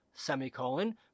Semicolon